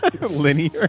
Linear